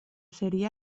sería